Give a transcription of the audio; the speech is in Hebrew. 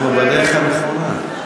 אנחנו בדרך הנכונה.